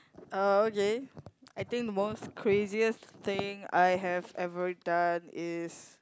uh okay I think the most craziest thing I have ever done is